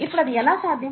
ఇప్పుడు అది ఎలా సాధ్యం